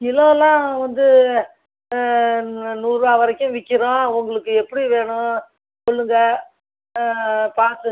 கிலோலாம் வந்து நூறுபா வரைக்கும் விக்கிறோம் உங்களுக்கு எப்படி வேணும் சொல்லுங்கள் பார்த்து